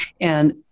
And-